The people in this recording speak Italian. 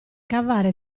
cavare